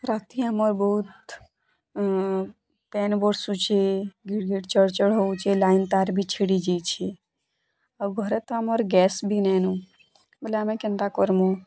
ରାତି ଆମର ବହୁତ ପାନ୍ ବର୍ଷୁଛେ ଘିଡ଼ ଘିଡ଼ ଚଡ଼ ଚଡ଼ ବି ହଉଛେ ଲାଇନ୍ ତାର୍ ବି ଛିଡ଼ି ଯାଇଛି ଆଉ ଘରେ ତ ଆମର୍ ଗ୍ୟା୍ସ ବି ନାଇଁ ନ ବୋଲେ ଆମେ କେନ୍ତା କର୍ମୁଁ